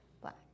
Black